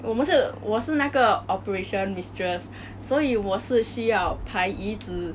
我们是我是那个 operation mistress 所以我是需要排椅子